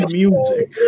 music